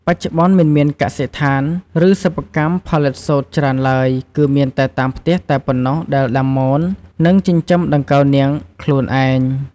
បច្ចុប្បន្នមិនមានកសិដ្ឋាន ឬសិប្បកម្មផលិតសូត្រច្រើនឡើយ គឺមានតែតាមផ្ទះតែប៉ុណ្ណោះដែលដាំមន និងចិញ្ចឹមដង្កូវនាងខ្លួនឯង។